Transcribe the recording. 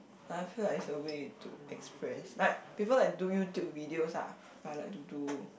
like I feel like is a way to express like people like do YouTube videos ah I like to do